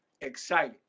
excited